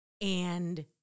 And-